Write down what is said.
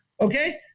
Okay